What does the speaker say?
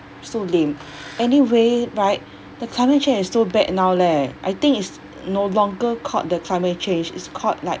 so lame anyway right the climate change is bad now leh I think it's no longer called the climate change it's called like